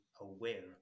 aware